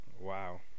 Wow